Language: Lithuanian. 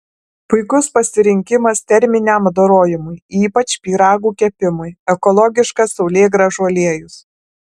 puikus pasirinkimas terminiam apdorojimui ypač pyragų kepimui ekologiškas saulėgrąžų aliejus